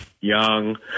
young